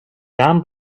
down